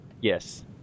Yes